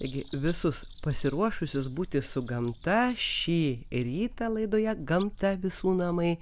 taigi visus pasiruošusios būti su gamta šį rytą laidoje gamta visų namai